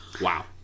Wow